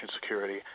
security